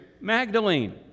Magdalene